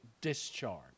discharge